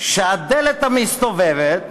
"הדלת המסתובבת"